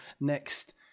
next